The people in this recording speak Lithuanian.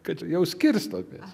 kad jau skirstomės